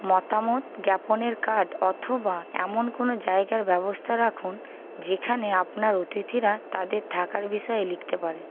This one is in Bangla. মতামত জ্ঞাপনের কার্ড অথবা এমন কোনো জায়গার ব্যবস্থা রাখুন যেখানে আপনার অতিথিরা তাদের থাকার বিষয়ে লিখতে পারে